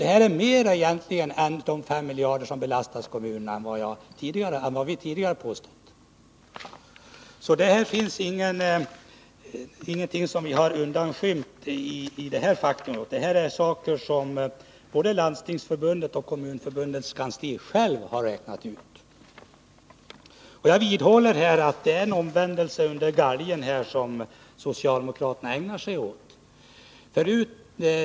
Det här är egentligen mer än de 5 miljarder som vi tidigare påstod belastas kommunerna. Vi har inte undanhållit någonting i det här fallet. Detta är saker som både Landstingsförbundets och Kommunförbundets kansli har räknat ut. Jag vidhåller att det är en omvändelse under galgen som socialdemokraterna ägnar sig åt.